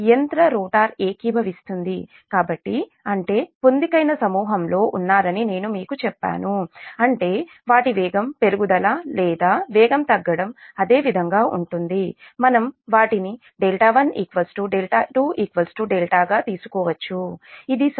యంత్ర రోటర్ ఏకీభవిస్తుంది కాబట్టి అంటే పొందికైన సమూహంలో ఉన్నారని నేను మీకు చెప్పాను అంటే వాటి వేగం పెరుగుదల లేదా వేగం తగ్గడం అదే విధంగా ఉంటుంది మనం వాటిని 12δ గా తీసుకోవచ్చు ఇది సమీకరణం 26